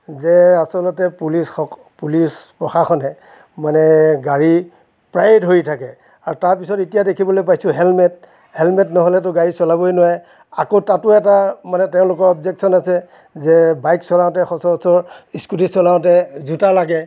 যে আচলতে পুলিচ সক পুলিচ প্ৰশাসনে মানে গাড়ী প্ৰায়ে ধৰি থাকে আৰু তাৰপিছত এতিয়া দেখিবলৈ পাইছো হেলমেট হেলমেট নহ'লেটো গাড়ী চলাবই নোৱাৰে আকৌ তাতো এটা মানে তেওঁলোকৰ অৱজেকচন আছে যে বাইক চলাওঁতে সচৰাচৰ স্কুটি চলাওঁতে জোতা লাগে